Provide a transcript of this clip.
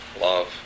love